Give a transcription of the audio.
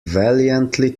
valiantly